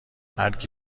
هرکی